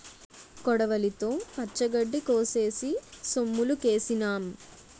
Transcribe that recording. కొడవలితో పచ్చగడ్డి కోసేసి సొమ్ములుకేసినాం